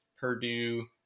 Purdue